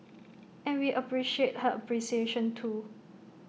and we appreciate her appreciation too